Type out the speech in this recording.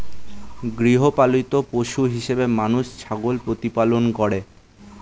গৃহপালিত পশু হিসেবে মানুষ ছাগল প্রতিপালন করে